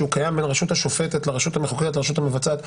שהוא קיים בין הרשות השופטת לרשות המחוקקת לרשות המבצעת,